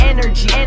Energy